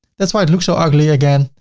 that's why it looks so ugly. again,